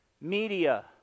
Media